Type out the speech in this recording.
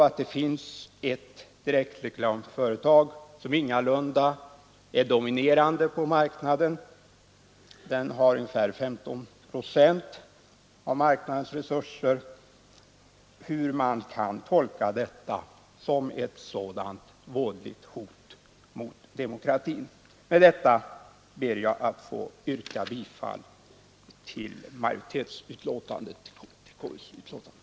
Att det finns ett direktreklamföretag där ett politiskt parti har ägarintresse men som ingalunda är dominerande på marknaden — det har ungefär 15 procent i marknadsandel — hur kan man tolka det som ett sådant vådligt hot mot demokratin? Med detta ber jag att få yrka bifall till utskottets hemställan.